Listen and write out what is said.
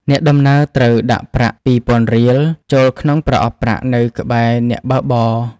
អ្នកដំណើរត្រូវដាក់ប្រាក់ ២០០០ រៀល ចូលក្នុងប្រអប់ប្រាក់នៅក្បែរអ្នកបើកបរ។